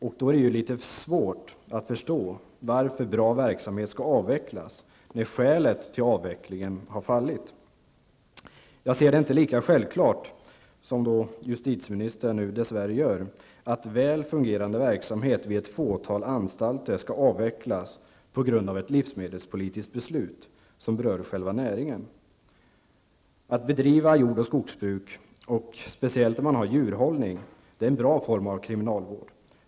Det är då litet svårt att förstå varför en bra verksamhet skall avvecklas, när skälet för avvecklingen har fallit. Jag anser det inte vara lika självklart som justitieministern dess värre gör att väl fungerande verksamhet vid ett fåtal anstalter skall avvecklas på grund av ett livsmedelspolitiskt beslut, som berör själva näringen. Att bedriva jord och skogsbruk är, i synnerhet om man har djurhållning, en bra form av kriminalvård.